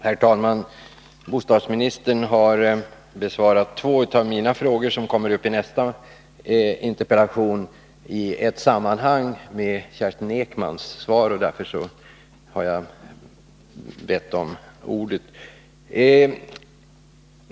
Herr talman! Bostadsministern har besvarat två av mina frågor, som kommer upp i nästa interpellation, i samband med svaret till Kerstin Ekman, och därför har jag begärt ordet.